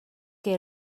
que